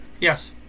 Yes